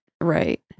Right